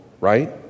right